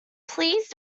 please